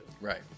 Right